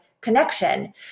connection